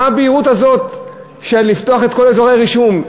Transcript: מה הבהילות הזאת לפתוח את כל אזורי הרישום?